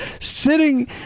sitting